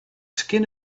skin